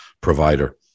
provider